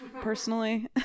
personally